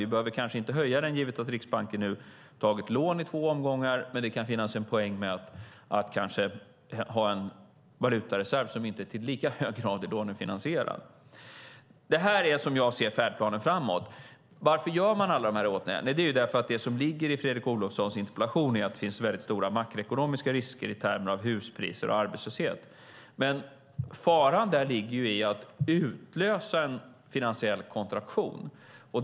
Vi behöver kanske inte höja den givet att Riksbanken tagit lån i två omgångar, men det kan finnas en poäng med att ha en valutareserv som inte till lika hög grad är lånefinansierad. Det här är som jag ser det färdplanen framåt. Varför vidtas alla dessa åtgärder? Det är det som ligger i Fredrik Olovssons interpellation, nämligen att det finns stora makroekonomiska risker i termer av huspriser och arbetslöshet. Faran ligger i att utlösa en finansiell kontraktion.